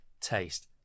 Taste